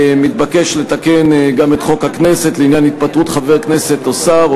מתבקש לתקן גם את חוק הכנסת לעניין התפטרות חבר כנסת או שר,